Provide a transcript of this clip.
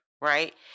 right